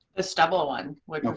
a stubble one would